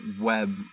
web